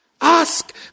ask